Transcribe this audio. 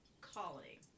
colony